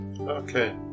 Okay